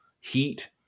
heat